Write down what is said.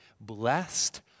Blessed